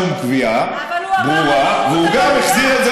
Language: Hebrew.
פה הוא גם לא קבע שום קביעה ברורה והוא גם החזיר את זה